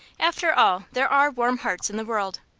after all, there are warm hearts in the world.